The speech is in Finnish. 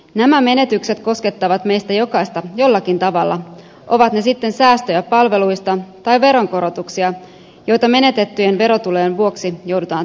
nämä menetykset koskettavat meistä jokaista jollakin tavalla ovat ne sitten säästöjä palveluista tai veronkorotuksia joita menetettyjen verotulojen vuoksi joudutaan tekemään